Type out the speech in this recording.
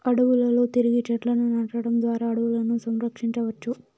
అడవులలో తిరిగి చెట్లను నాటడం ద్వారా అడవులను సంరక్షించవచ్చు